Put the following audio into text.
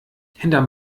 hinterm